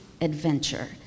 adventure